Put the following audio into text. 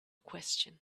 question